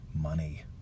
money